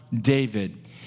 David